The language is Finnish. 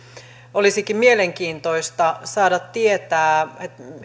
olisikin mielenkiintoista saada tietää